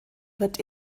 wird